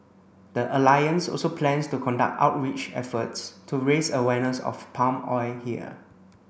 the alliance also plans to conduct outreach efforts to raise awareness of palm oil here